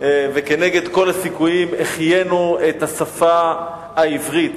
וכנגד כל הסיכויים החיינו את השפה העברית.